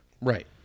Right